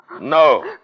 No